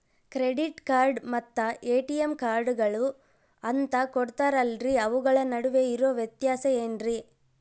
Credit card ಮತ್ತ ATM ಕಾರ್ಡುಗಳು ಅಂತಾ ಕೊಡುತ್ತಾರಲ್ರಿ ಅವುಗಳ ನಡುವೆ ಇರೋ ವ್ಯತ್ಯಾಸ ಏನ್ರಿ?